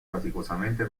faticosamente